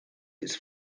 its